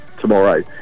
tomorrow